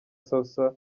salsa